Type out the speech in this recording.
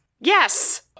Yes